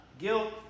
guilt